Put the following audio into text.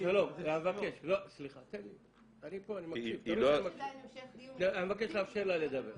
אבשלום, אני מבקש לאפשר לה לדבר.